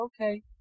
okay